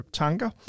tanker